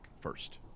first